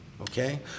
Okay